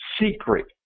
secret